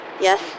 yes